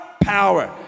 Power